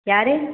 யார்